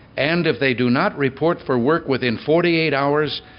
and if they do not report for work within forty eight hours,